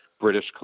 British